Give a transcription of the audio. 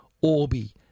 Orbi